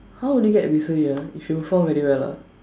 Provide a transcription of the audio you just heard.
how would you get bursary ah if you perform very well lah